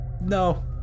No